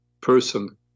person